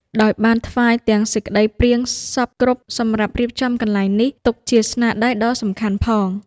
ដោយបានថ្វាយទាំងសេចក្តីព្រាងសព្វគ្រប់សម្រាប់រៀបចំកន្លែងនេះ ទុកជាស្នាដៃដ៏សំខាន់ផង ។